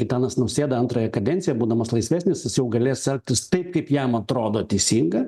gitanas nausėda antrąją kadenciją būdamas laisvesnis jis jau galės elgtis taip kaip jam atrodo teisinga